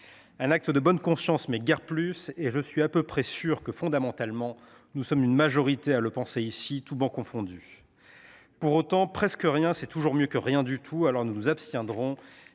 un acte de bonne conscience, mais guère plus, et je suis à peu près sûr que, fondamentalement, nous sommes une majorité à le penser ici, toutes travées confondues. Pour autant, presque rien, c’est toujours mieux que rien du tout, alors nous nous abstiendrons.